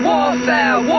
Warfare